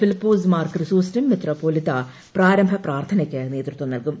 ഫിലിപ്പോസ് മാർ ക്രിസോസ്റ്റം മെത്രാപൊലിത്ത പ്രാരംഭ പ്രാർത്ഥനയ്ക്ക് ്നേതൃത്വം നൽകും